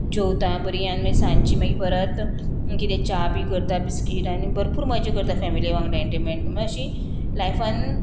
जेवता बरीं आनी मागीर सांजेचीं मागीर परत कितें च्या बी करता बिस्कीट आनी भरपूर मजा करता फॅमिली वांगडा एनटेमेंट मात्शी लायफान